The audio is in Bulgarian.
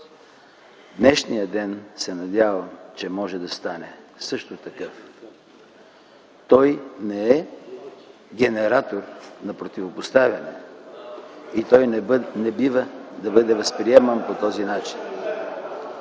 Днешният ден се надявам, че може да стане също такъв. Той не е генератор на противопоставяне и той не бива да бъде възприеман по този начин.